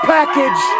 Package